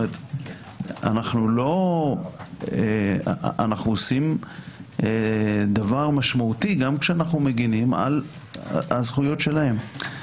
אנו עושים דבר משמעותי גם כשאנו מגנים על הזכויות שלהם.